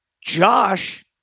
Josh